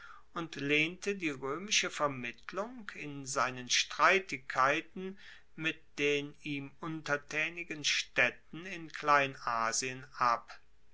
und lehnte die roemische vermittlung in seinen streitigkeiten mit den ihm untertaenigen staedten in kleinasien ab